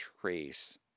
trace